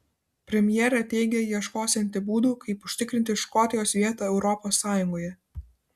premjerė teigia ieškosianti būdų kaip užtikrinti škotijos vietą europos sąjungoje